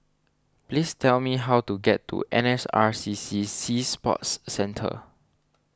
please tell me how to get to N S R C C Sea Sports Centre